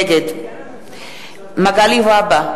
נגד מגלי והבה,